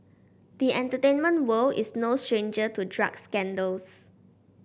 the entertainment world is no stranger to drug scandals